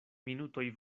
minutoj